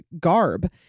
garb